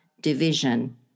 division